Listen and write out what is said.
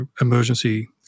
emergency